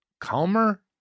Calmer